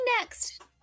next